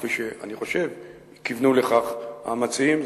כפי שאני חושב שכיוונו לכך המציעים.